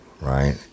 right